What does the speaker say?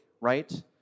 right